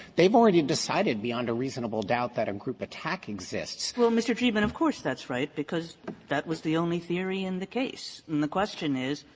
they've already decided beyond a reasonable doubt that a group attack exists. kagan well, mr. dreeben, of course that's right because that was the only theory in the case. and the question is,